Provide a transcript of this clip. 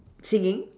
singing